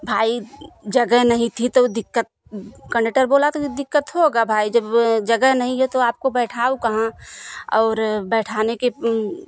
भाई जगह नहीं थी तो दिक़्क़त कन्डेटर बोला तो दिक़्क़त होगा भाई जब जगह नहीं है तो आपको बैठाऊँ कहाँ और बैठाने के